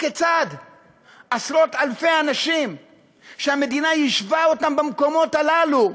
הכיצד עשרות-אלפי אנשים שהמדינה יישבה אותם במקומות הללו,